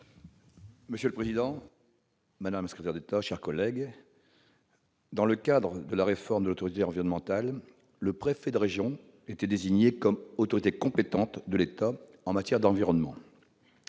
écologique et solidaire. Madame la secrétaire d'État, dans le cadre de la réforme de l'autorité environnementale, le préfet de région était désigné comme autorité compétente de l'État en matière d'environnement.